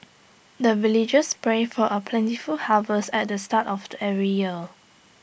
the villagers pray for A plentiful harvest at the start of the every year